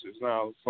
Now